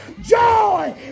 joy